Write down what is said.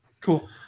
cool